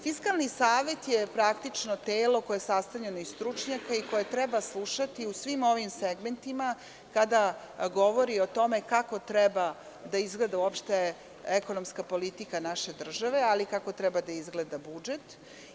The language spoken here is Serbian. Fiskalni savet je praktično telo koje je sastavljeno iz stručnjaka i koje treba slušati u svim ovim segmentima kada govori o tome kako treba da izgleda ekonomska politika naše države, ali kako treba da izgleda i budžet.